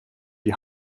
die